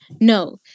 No